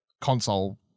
console